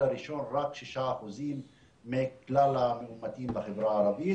הראשון רק 6% מכלל המאומתים בחברה הערבית.